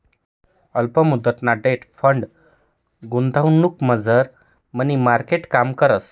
अल्प मुदतना debt fund गुंतवणुकमझार मनी मार्केट काम करस